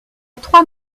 trois